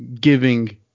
giving